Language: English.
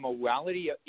morality